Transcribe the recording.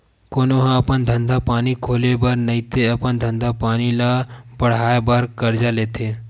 कोनो ह अपन धंधा पानी खोले बर नइते अपन धंधा पानी ल बड़हाय बर करजा लेथे